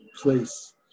place